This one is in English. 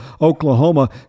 Oklahoma